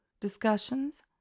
discussions